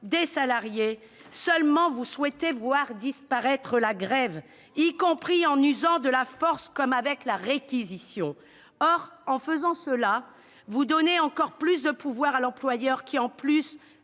des salariés, mais vous souhaitez la faire disparaître, ... Non !... y compris en usant de la force, comme avec la réquisition. Or, en faisant cela, vous donnez encore davantage de pouvoir à l'employeur qui, en plus